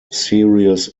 serious